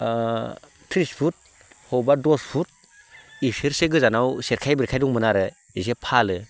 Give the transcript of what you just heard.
ओ त्रिस फुट अबेबा दस फुट इसेसो गोजानाव सेरखाय बेरखाय दंमोन आरो इसे फालो